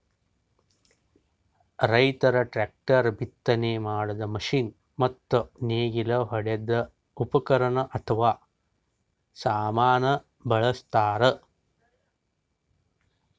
ರೈತರ್ ಟ್ರ್ಯಾಕ್ಟರ್, ಬಿತ್ತನೆ ಮಾಡದ್ದ್ ಮಷಿನ್ ಮತ್ತ್ ನೇಗಿಲ್ ಹೊಡ್ಯದ್ ಉಪಕರಣ್ ಅಥವಾ ಸಾಮಾನ್ ಬಳಸ್ತಾರ್